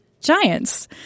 Giants